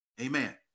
Amen